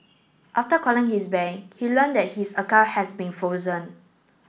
after calling his bank he learnt his account had been frozen